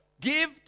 give